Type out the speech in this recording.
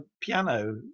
piano